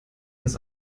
ist